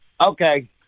Okay